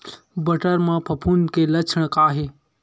बटर म फफूंद के लक्षण का हे?